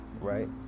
Right